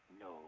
no